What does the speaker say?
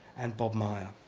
and bob meyer.